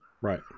Right